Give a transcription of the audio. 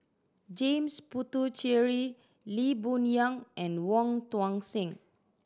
James Puthucheary Lee Boon Yang and Wong Tuang Seng